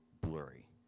blurry